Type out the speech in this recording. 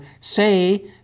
say